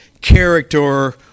character